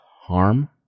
harm